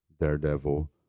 Daredevil